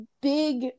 big